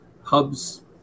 Hubs